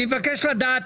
אני מבקש לדעת,